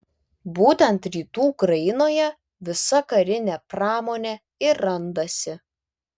būtent rytų ukrainoje visa karinė pramonė ir randasi